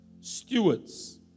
stewards